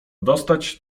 dostać